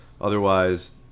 Otherwise